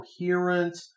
coherent